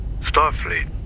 Starfleet